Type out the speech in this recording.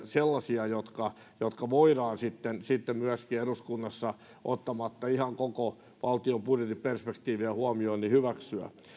sellaisia jotka jotka voidaan sitten sitten myöskin eduskunnassa hyväksyä ottamatta ihan koko valtion budjetin perspektiiviä huomioon